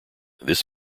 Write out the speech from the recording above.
this